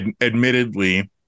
admittedly